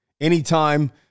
Anytime